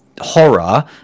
horror